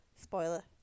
Spoiler